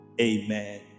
Amen